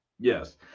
yes